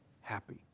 Happy